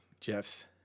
Jeff's